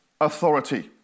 authority